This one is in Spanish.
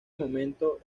momento